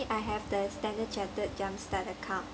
I have the standard chartered jumpstart account